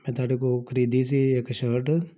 ਮੈਂ ਤੁਹਾਡੇ ਕੋਲ ਖਰੀਦੀ ਸੀ ਇੱਕ ਸ਼ਰਟ